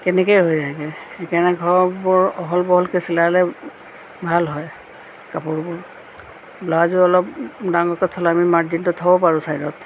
কেনেকৈ সেইকাৰণে ঘৰৰ বোৰ আহল বহলকৈ চিলালে ভাল হয় কাপোৰবোৰ ব্লাউজো অলপ ডাঙৰকৈ থ'লে আমি মাৰ্জিনকৈ থ'ব পাৰোঁ ছাইডত